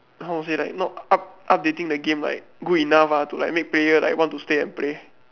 how to say like not up~ updating the game like good enough ah to like make player like want to stay and play